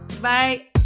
Bye